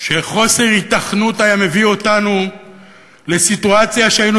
שחוסר היתכנות היה מביא אותנו לסיטואציה שהיינו